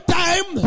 time